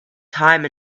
time